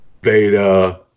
Beta